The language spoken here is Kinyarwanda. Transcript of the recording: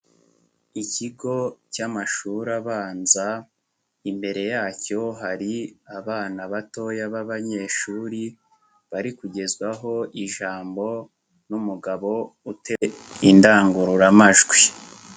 ikigo cy'amashuri abanza, imbere yacyo hari abana batoya b'abanyeshuri, bari kugezwaho ijambo n'umugabo ufite indangururamajwi.